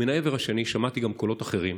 מן העבר השני שמעתי גם קולות אחרים,